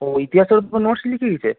ও ইতিহাসের উপর নোটস লিখিয়েছে